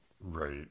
Right